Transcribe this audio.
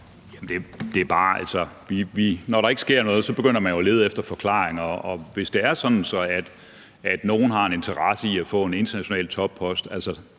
Når der ikke sker noget, begynder man jo at lede efter forklaringer, og hvis det er sådan, at nogle danske ministre har en interesse i at få en international toppost,